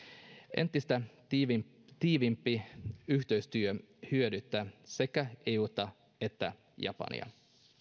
entistä tiiviimpi tiiviimpi yhteistyö hyödyttää sekä euta että japania